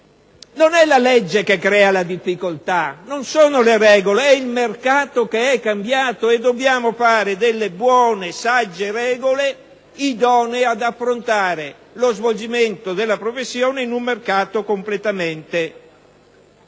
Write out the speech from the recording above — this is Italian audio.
Non è la legge che crea la difficoltà, non sono le regole ma è il mercato che è cambiato. E dobbiamo fare delle buone e sagge regole, idonee ad affrontare lo svolgimento della professione in un mercato completamente cambiato.